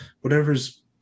Whatever's